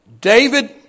David